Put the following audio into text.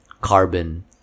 carbon